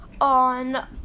on